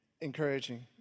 encouraging